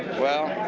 well,